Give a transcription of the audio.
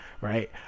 right